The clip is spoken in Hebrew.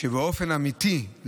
באופן אמיתי,